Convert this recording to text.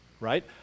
right